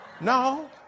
No